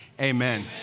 Amen